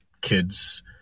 kids